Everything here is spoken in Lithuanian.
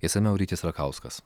išsamiau rytis rakauskas